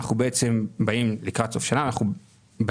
אנחנו בעצם באים לקראת סוף שנה ואומרים